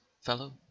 fellow